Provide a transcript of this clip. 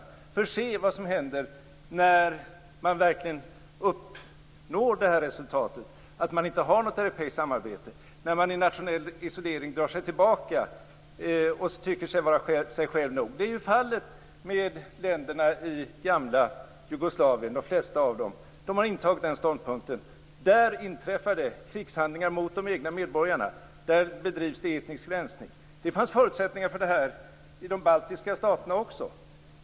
Vi får se vad som händer när man verkligen uppnår det här resultatet, att man inte har något europeiskt samarbete, när man i nationell isolering drar sig tillbaka och tycker sig vara själv nog. Det är fallet med länderna i gamla Jugoslavien, med de flesta av dem. De har intagit den ståndpunkten. Där inträffar det krigshandlingar mot de egna medborgarna. Där bedrivs det etnisk rensning. Det fanns förutsättningar för det här i de baltiska staterna också.